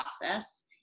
process